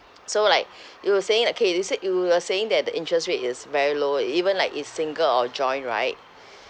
so like you were saying that kay you said you were saying that the interest rate is very low even like it's single or joint right